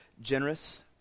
generous